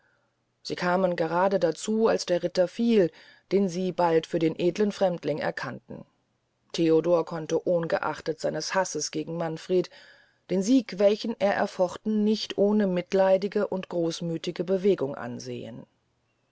sie kamen grade dazu als der ritter fiel den sie bald für den edeln fremdling erkannten theodor konnte ohngeachtet seines hasses gegen manfred den sieg welchen er erfochten nicht ohne mitleidige und großmüthige bewegung ansehn